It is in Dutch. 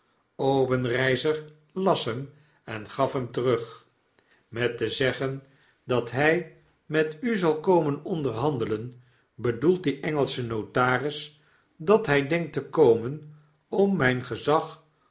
obenreizer las hem en gaf hem terug met te zeggen dat hy met u zal komen onderhandelen bedoelt die engelsche notaris dat hy denkt te komen om myn gezag